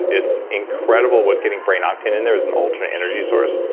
it's incredible what getting brain octane in there as an alternate energy source.